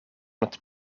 het